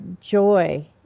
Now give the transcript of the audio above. joy